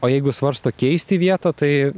o jeigu svarsto keisti vietą tai